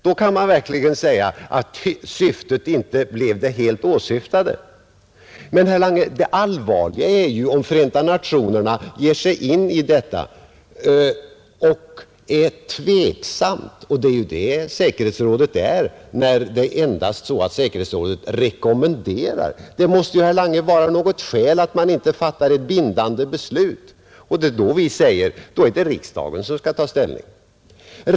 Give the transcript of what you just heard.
Då kan man verkligen säga att syftet inte uppnåddes. Men, herr Lange, det allvarliga är ju om Förenta nationerna ger sig in på sanktioner, men det samtidigt råder tveksamhet i FN. Och säkerhetsrådet är ju tveksamt när det endast rekommenderar. Det måste ju, herr Lange, vara något skäl till att man inte fattar något bindande beslut. Det är då vi säger: Under sådana förhållanden skall riksdagen ta ställning.